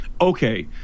Okay